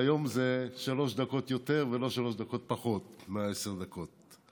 והיום זה שלוש דקות יותר ולא שלוש דקות פחות מעשר הדקות.